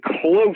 close –